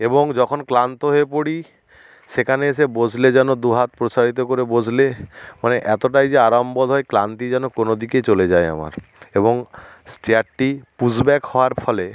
এবং যখন ক্লান্ত হয়ে পড়ি সেখানে এসে বসলে যেন দু হাত প্রসারিত করে বসলে মানে এতটাই যে আরাম বোধ হয় ক্লান্তি যেন কোনো দিকেই চলে যায় আমার এবং চেয়ারটি পুশ ব্যাক হওয়ার ফলে